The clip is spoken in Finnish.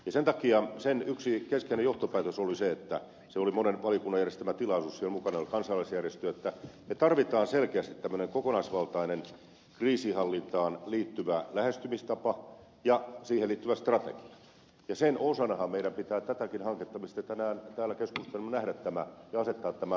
sen takia sen yksi keskeinen johtopäätös oli se se oli monen valiokunnan järjestämä tilaisuus siellä oli mukana kansalaisjärjestöjä että tarvitaan selkeästi tämmöinen kokonaisvaltainen kriisinhallintaan liittyvä lähestymistapa ja siihen liittyvä strategia ja sen osanahan meidän pitää tämäkin hanke mistä tänään täällä keskustellaan nähdä ja asettaa tämä siihen